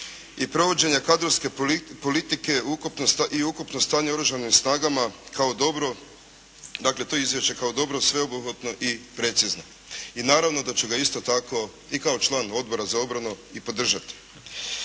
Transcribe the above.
i provođenja kadrovske politike i ukupno stanje u Oružanim snagama kao dobro. Dakle, to izvješće kao dobro, sveobuhvatno i precizno i naravno da ću ga isto tako i kao član Odbora za obranu i podržati.